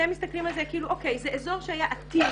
אתם מסתכלים על זה כאילו זה אזור שהיה עתיר